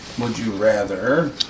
Would-you-rather